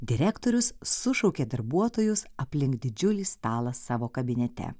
direktorius sušaukė darbuotojus aplink didžiulį stalą savo kabinete